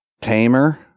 Tamer